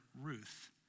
Ruth